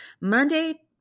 Monday